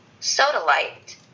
Sodalite